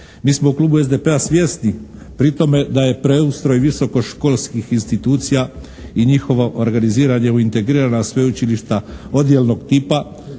Mi smo u Klubu SDP-a svjesni pri tome da je preustroj visokoškolskih institucija i njihovo organiziranje u integrirana sveučilišta odjelnog tipa